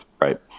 right